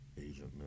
Agent